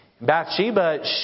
Bathsheba